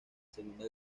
segunda